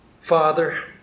father